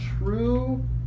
true